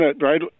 right